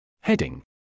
Heading